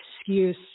excuse